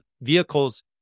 vehicles